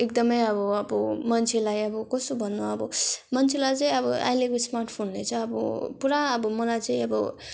एकदमै अब अब मान्छेलाई अब कसो भन्नु अब मान्छेलाई चाहिँ अब अहिलेको स्मार्ट फोनले चाहिँ अब पुरा अब मलाई चाहिँ अब